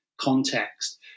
context